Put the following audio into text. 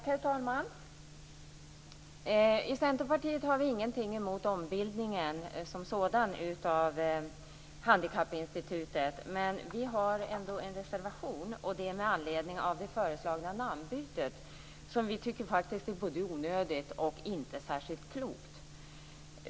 Herr talman! I Centerpartiet har vi ingenting emot ombildningen av Handikappinstitutet som sådan. Men vi har ändå en reservation med anledning av det föreslagna namnbytet. Vi tycker nämligen att det är både onödigt och inte särskilt klokt.